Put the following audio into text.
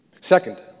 Second